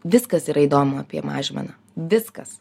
viskas yra įdomu apie mažmeną viskas